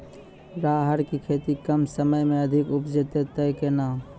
राहर की खेती कम समय मे अधिक उपजे तय केना?